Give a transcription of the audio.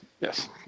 Yes